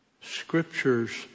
Scriptures